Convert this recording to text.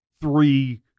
three